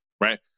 right